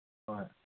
ꯍꯣꯏ